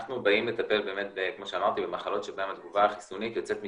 אנחנו כמו שאמרתי באים לטפל במחלות שבהן התגובה החיסונית יוצאת משליטה.